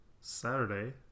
Saturday